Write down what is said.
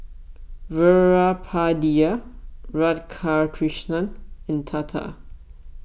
Veerapandiya Radhakrishnan and Tata